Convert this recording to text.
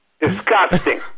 Disgusting